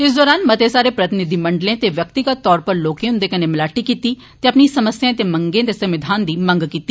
इस दौरान मते सारे प्रतिनिधिमंडलें ते व्यक्तिगत तौर उप्पर लोकें उन्दे कन्नै मलाटी कीती ते अपनी समस्याएं ते मंगें दे समाधन दी मंग कीती